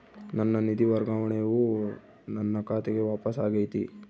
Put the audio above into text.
ನನ್ನ ನಿಧಿ ವರ್ಗಾವಣೆಯು ನನ್ನ ಖಾತೆಗೆ ವಾಪಸ್ ಆಗೈತಿ